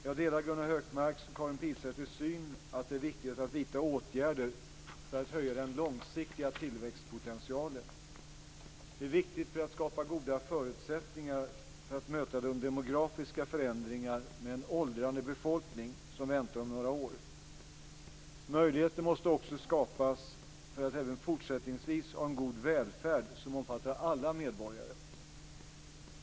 Jag delar Gunnar Hökmarks och Karin Pilsäters syn att det är viktigt att vidta åtgärder för att höja den långsiktiga tillväxtpotentialen. Det är viktigt för att skapa goda förutsättningar för att möta de demografiska förändringar med en åldrande befolkning som väntar om några år. Möjligheter måste också skapas för att även fortsättningsvis ha en god välfärd som omfattar alla medborgare.